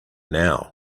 now